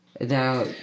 Now